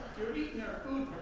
you're eating our food